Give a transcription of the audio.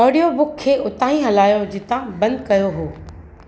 audio book खे उतां ई हलायो जितां बंदि कयो हुयो